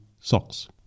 socks